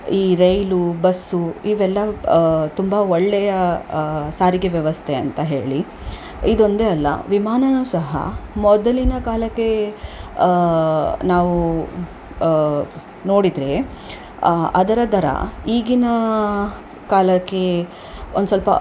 ಈ ರೈಲು ಬಸ್ಸು ಇವೆಲ್ಲ ತುಂಬಾ ಒಳ್ಳೆಯ ಸಾರಿಗೆ ವ್ಯವಸ್ಥೆ ಅಂತ ಹೇಳಿ ಇದೊಂದೆ ಅಲ್ಲ ವಿಮಾನ ಸಹ ಮೊದಲಿನ ಕಾಲಕ್ಕೆ ನಾವು ನೋಡಿದರೆ ಅದರ ದರ ಈಗಿನ ಕಾಲಕ್ಕೆ ಒಂದು ಸ್ವಲ್ಪ